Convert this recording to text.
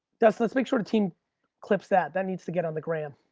dust, let's make sure the team clips that, that needs to get on the gram.